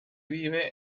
vive